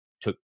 took